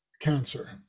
cancer